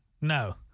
No